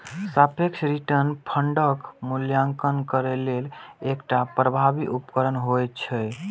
सापेक्ष रिटर्न फंडक मूल्यांकन करै लेल एकटा प्रभावी उपकरण होइ छै